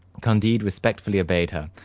candide respectfully obeyed her,